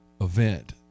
event